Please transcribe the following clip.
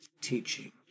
teaching